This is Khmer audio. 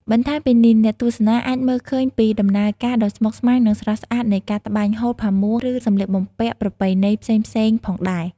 បន្ថែមពីនេះ អ្នកទស្សនាអាចមើលឃើញពីដំណើរការដ៏ស្មុគស្មាញ និងស្រស់ស្អាតនៃការ ត្បាញហូល ផាមួង ឬសម្លៀកបំពាក់ប្រពៃណីផ្សេងៗផងដែរ។